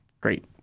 great